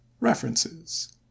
References